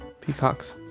Peacocks